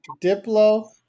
Diplo